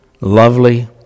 lovely